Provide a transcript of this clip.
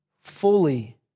fully